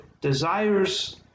desires